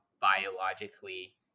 biologically